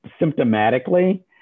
symptomatically